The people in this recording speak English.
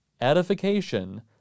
Edification